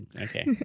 Okay